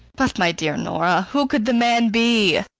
but, my dear nora who could the man be?